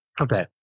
Okay